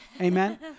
Amen